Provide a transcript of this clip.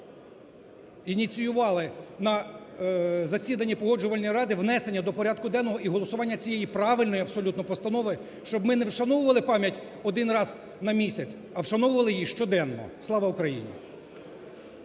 Ініціювали на засіданні Погоджувальної ради внесення до порядку денного і голосування цієї правильної абсолютно постанови, щоб ми не вшановували пам'ять один раз на місяць, а вшановували її щоденно. Слава Україні!